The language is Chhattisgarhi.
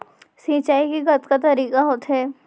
सिंचाई के कतका तरीक़ा होथे?